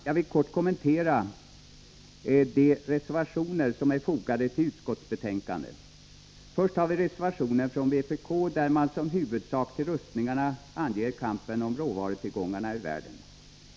Jag vill kort kommentera de reservationer som är fogade till utskottsbetänkandet. Först har vi reservationen från vpk, där man som huvudorsak till rustningarna anger kampen om råvarutillgångarna i världen.